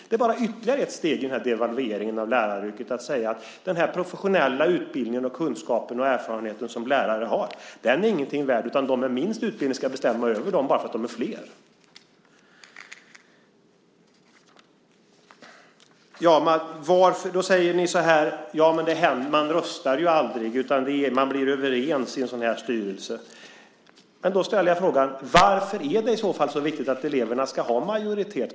Det är bara ytterligare ett steg i devalveringen av läraryrket att säga att den professionella utbildningen, kunskapen och erfarenheten som lärare har, den är ingenting värd, utan de med minst utbildning ska bestämma över dem, bara för att de är flera. Då säger ni: Ja, men man röstar ju aldrig, utan man blir överens i en sådan här styrelse. Då ställer jag frågan: Varför är det i så fall så viktigt att eleverna ska ha majoritet?